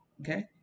okay